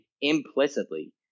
implicitly